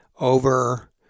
over